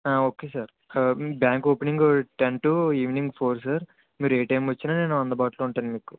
ఆ okay sir ఆ bank opening ten to evening four sir మీరు ఏ టైం వచ్చినా నేను అందుబాటులో ఉంటాను మీకు